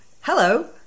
Hello